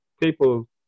people